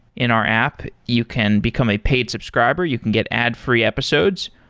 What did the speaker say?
in our app, you can become a paid subscriber, you can get ad-free episodes,